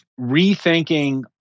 rethinking